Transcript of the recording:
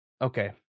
okay